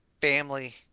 family